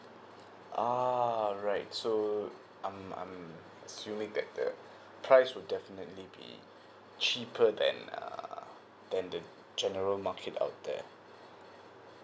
ah right so um I'm assuming that the price will definitely be cheaper than uh than the general market out there